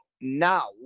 now